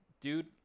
dude